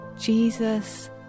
Jesus